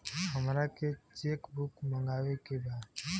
हमारा के cheque book मगावे के बा?